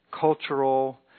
cultural